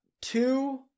Two